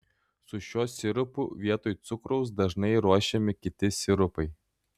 su šiuo sirupu vietoj cukraus dažnai ruošiami kiti sirupai